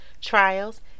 trials